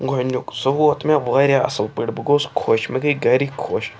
گۄڈنیُک سُہ ووت مےٚ واریاہ اَصٕل پٲٹھۍ بہٕ گوس خۄش مےٚ گٔے گَرِکۍ خۄش